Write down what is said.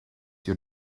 your